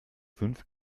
fünf